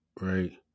right